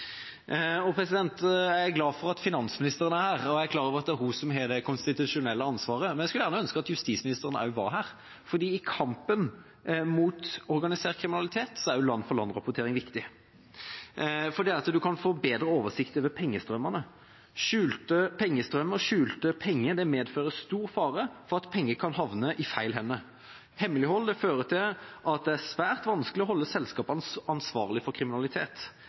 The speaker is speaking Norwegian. Jeg er glad for at finansministeren er her, og jeg er klar over at det er hun som har det konstitusjonelle ansvaret, men jeg skulle gjerne ønske at justisministeren også var her, for i kampen mot organisert kriminalitet er land-for-land-rapportering viktig fordi man kan få bedre oversikt over pengestrømmene. Skjulte pengestrømmer og skjulte penger medfører stor fare for at penger kan havne i feil hender. Hemmeligholdet fører til at det er svært vanskelig å holde selskapene ansvarlige for kriminalitet.